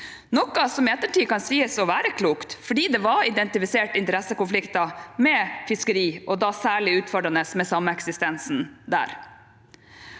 kan i ettertid sies å være klokt, for det var identifisert interessekonflikter med fiskeri, og det var særlige utfordringer med sameksistensen der.